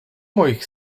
moich